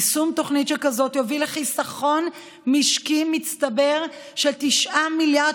יישום תוכנית שכזאת יוביל לחיסכון משקי מצטבר של 9 מיליארד